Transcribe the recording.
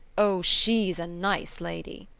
o, she's a nice lady!